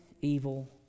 evil